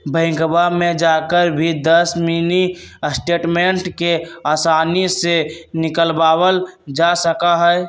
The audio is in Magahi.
बैंकवा में जाकर भी दस मिनी स्टेटमेंट के आसानी से निकलवावल जा सका हई